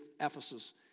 Ephesus